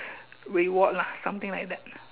reward lah something like that